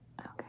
Okay